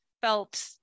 felt